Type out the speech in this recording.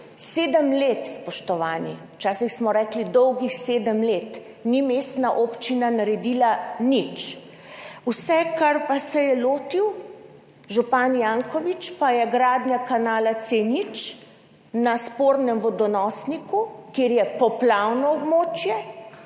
Sedem let, spoštovani, včasih smo rekli dolgih sedem let, ni mestna občina naredila nič, vse, česar pa se je lotil župan Janković, je gradnja kanala C0 na spornem vodonosniku, kjer je poplavno območje.